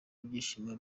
ibyishimo